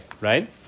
right